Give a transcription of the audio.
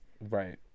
Right